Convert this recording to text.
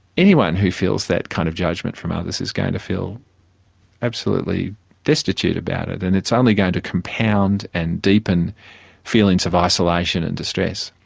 anyone who feels that kind of judgement from others is going to feel absolutely destitute about it and it's only going to compound and deepen feelings of isolation and distress.